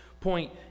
point